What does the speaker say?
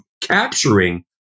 capturing